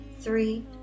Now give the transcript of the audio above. three